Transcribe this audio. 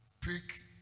pick